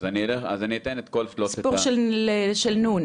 הסיפור של נ'.